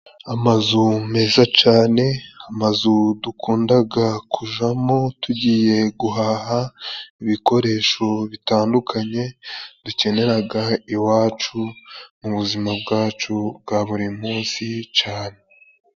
Amazu meza cane, amazu dukundaga kujamo tugiye guhaha ibikoresho bitandukanye dukeneraga iwacu mu buzima bwacu bwa buri munsi cane.